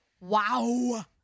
Wow